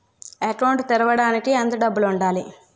Account తెరవడానికి ఎంత డబ్బు ఉండాలి?